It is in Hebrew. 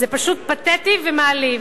זה פשוט פתטי ומעליב,